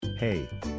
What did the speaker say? Hey